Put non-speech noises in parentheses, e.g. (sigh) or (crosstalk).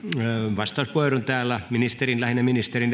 vastauspuheenvuoron täällä ministerin lähinnä ministerin (unintelligible)